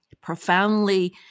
profoundly